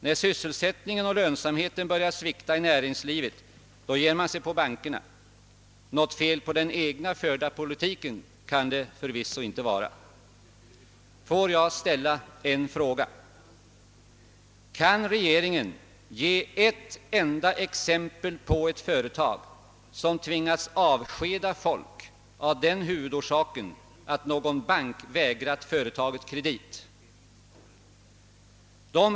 När sysselsättningen och lönsamheten börjar svikta i näringslivet ger man sig på bankerna. Något fel på den egna politiken kan det förvisso inte vara. Får jag fråga: Kan regeringen ge ett enda exempel på ett företag som tvingats avskeda folk av den huvudorsaken att någon bank vägrat företaget kredit?